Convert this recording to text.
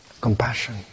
compassion